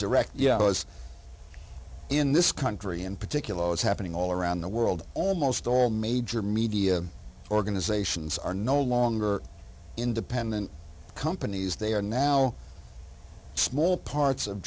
direct yeah it was in this country in particular was happening all around the world almost all major media organizations are no longer independent companies they are now small parts of